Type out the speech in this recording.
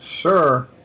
Sure